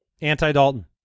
Anti-Dalton